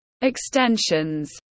extensions